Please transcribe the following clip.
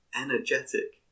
energetic